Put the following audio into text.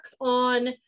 on